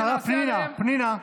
השרה פנינה,